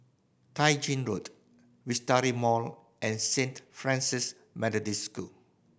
Tai Gin Road Wisteria Mall and Saint Francis Methodist School